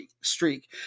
streak